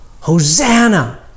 Hosanna